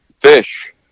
Fish